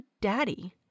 daddy